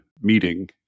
meeting